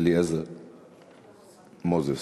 ואחריו, חבר הכנסת מנחם אליעזר מוזס.